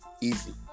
easy